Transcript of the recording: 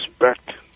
respect